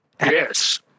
Yes